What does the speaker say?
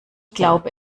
glaube